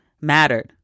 mattered